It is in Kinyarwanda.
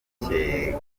mibi